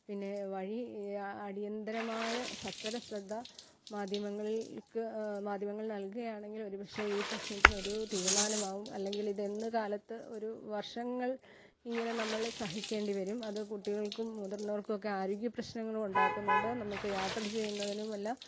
പിന്നെ വഴി അടിയന്തിരമായ സത്വര ശ്രദ്ധ മാധ്യമങ്ങളിൽ ക്ക് മാധ്യമങ്ങളിൽ നൽകുകയാണെങ്കിൽ ഒരുപക്ഷെ ഈ പ്രശ്നത്തിനൊരൂ തീരുമാനമാകും അല്ലെങ്കിലിതെന്ന് കാലത്ത് ഒരു വർഷങ്ങൾ ഇങ്ങനെ നമ്മൾ സഹിക്കേണ്ടി വരും അതു കുട്ടികൾക്കും മുതിർന്നവർക്കുമൊക്കെ ആരോഗ്യ പ്രശ്നങ്ങളുണ്ടാക്കുന്നുണ്ട് നമുക്ക് യാത്ര ചെയ്യുന്നതിനുമെല്ലാം